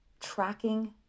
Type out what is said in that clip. tracking